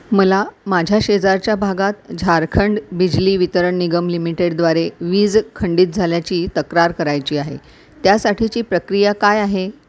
मला माझ्या शेजारच्या भागात झारखंड बिजली वितरण निगम लिमिटेडद्वारे वीज खंडित झाल्याची तक्रार करायची आहे त्यासाठीची प्रक्रिया काय आहे